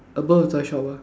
above the toy shop ah